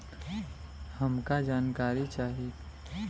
हमका जानकारी चाही?